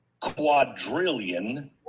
quadrillion